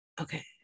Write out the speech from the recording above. okay